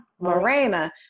Morena